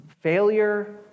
Failure